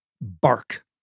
Bark